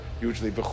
usually